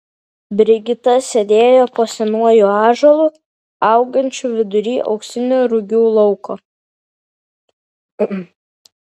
brigita sėdėjo po senuoju ąžuolu augančiu vidury auksinio rugių lauko